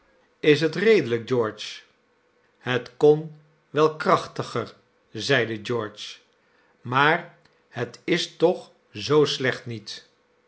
is het redelijk george het kon wel wat krachtiger zeide george maar het is toch zoo slecht niet